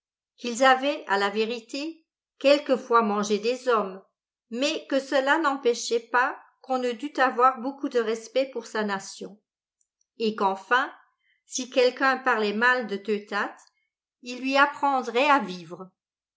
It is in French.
qu'ils avaient à la vérité quelquefois mangé des hommes mais que cela n'empêchait pas qu'on ne dût avoir beaucoup de respect pour sa nation et qu'enfin si quelqu'un parlait mal de teutath il lui apprendrait à vivre